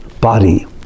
body